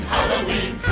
Halloween